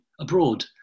abroad